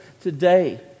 today